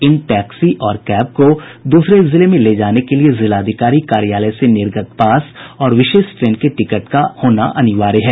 इन taxi और cab को दूसरे जिले में ले जाने के लिए जिलाधिकारी कार्यालय से निर्गत पास और विशेष ट्रेन के टिकट का होना अनिवार्य होगा